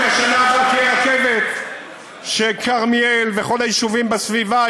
כרמיאל וכל היישובים בסביבה,